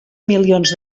milions